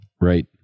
Right